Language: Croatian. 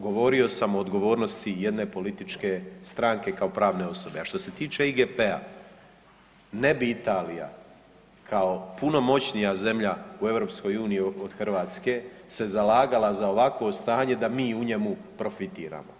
Govorio sam o odgovornosti jedne političke stranke kao pravne osobe, a što se tiče IGP-a ne bi Italija kao puno moćnija zemlja u EU od Hrvatske se zalagala ovakvo stanje da mi u njemu profitiramo.